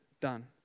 done